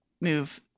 move